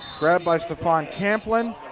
grabbed by stefan camplin.